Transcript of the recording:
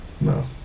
No